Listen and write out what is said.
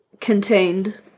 contained